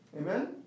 amen